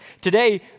Today